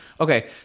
Okay